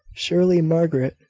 surely, margaret,